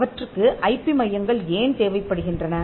அவற்றுக்கு ஐபி மையங்கள் ஏன் தேவைப்படுகின்றன